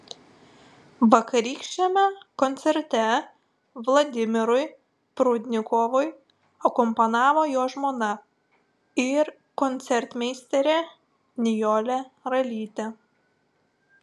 vakarykščiame koncerte vladimirui prudnikovui akompanavo jo žmona ir koncertmeisterė nijolė ralytė